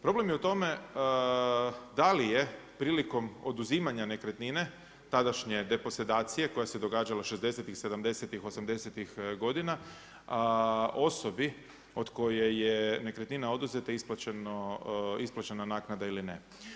Problem je u tome da li je prilikom oduzimanja nekretnine tadašnje deposedacije koja se događala 60'-tih, 70'-tih, 80'-tih godina, osobi od koje je nekretnina oduzeta isplaćena naknada ili ne.